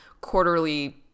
quarterly –